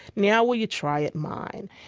now, will you try it mine?